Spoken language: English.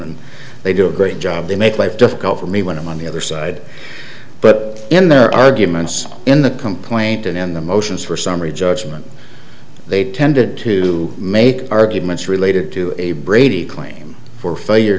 and they do a great job they make life difficult for me when i'm on the other side but in their arguments in the complaint and in the motions for summary judgment they tended to make arguments related to a brady claim for failure